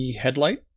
headlight